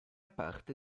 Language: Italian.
parte